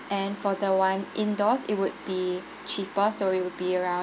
and for the one indoors it would be cheaper so it'll be around